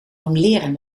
jongleren